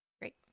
Great